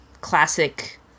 classic